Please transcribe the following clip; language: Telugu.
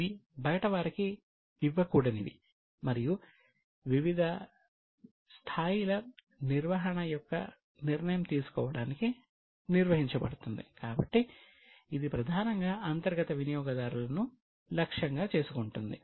ఇవి బయటివారికి ఇవ్వకూడనివి మరియు వివిధ స్థాయిల నిర్వహణ యొక్క నిర్ణయం తీసుకోవటానికి నిర్వహించబడుతుంది కాబట్టి ఇది ప్రధానంగా అంతర్గత వినియోగదారులను లక్ష్యంగా చేసుకుంటుంది